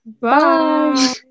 Bye